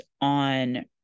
on